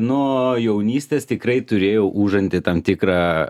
nuo jaunystės tikrai turėjau užanty tam tikrą